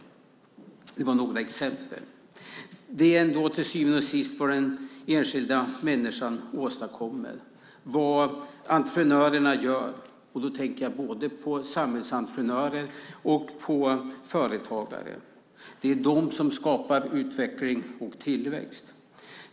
Det var några exempel. Till syvende och sist handlar det om vad den enskilda människan åstadkommer och vad entreprenörerna gör. Jag tänker på både samhällsentreprenörer och företagare. Det är de som skapar utveckling och tillväxt.